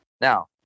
Now